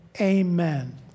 Amen